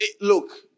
Look